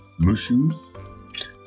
Mushu